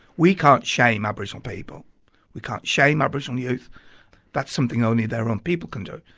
we can't shame aboriginal people we can't shame aboriginal youth that's something only their own people can do.